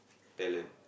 talent